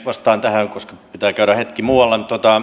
vastaan tähän koska pitää käydä hetki muualla